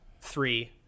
three